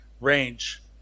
range